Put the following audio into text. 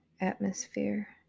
atmosphere